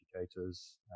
educators